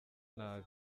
nabi